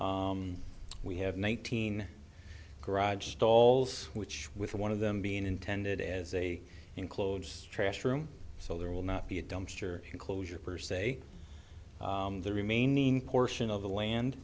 units we have one thousand garage stalls which with one of them being intended as a enclosed trash room so there will not be a dumpster enclosure per se the remaining portion of the land